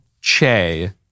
Che